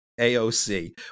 aoc